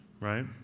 Right